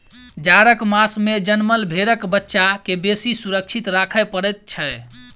जाड़क मास मे जनमल भेंड़क बच्चा के बेसी सुरक्षित राखय पड़ैत छै